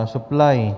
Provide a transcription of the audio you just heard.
Supply